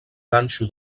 ganxo